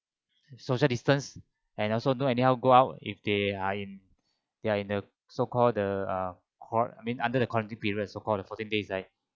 social distance and also don't anyhow go out if they are in they in the so called the uh quarantine I mean under the quarantine period so called the fourteen days